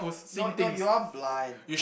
no no you are blind